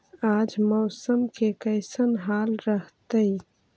आज मौसम के कैसन हाल रहतइ?